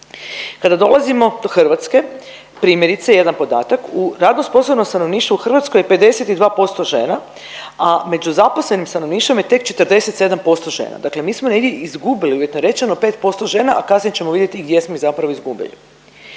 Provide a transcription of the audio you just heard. Kada dolazimo do Hrvatske primjerice jedan podatak, u radno sposobnom stanovništvu u Hrvatskoj je 52% žena, a među zaposlenim stanovništvom je tek 47% žena, dakle mi smo negdje izgubili uvjetno rečeno 5% žena, a kasnije ćemo vidjeti i gdje smo ih zapravo izgubili.